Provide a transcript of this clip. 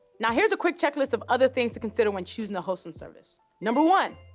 now, here's a quick checklist of other things to consider when choosing a hosting service. number one,